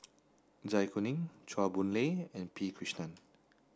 Zai Kuning Chua Boon Lay and P Krishnan